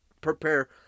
prepare